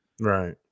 Right